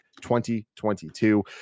2022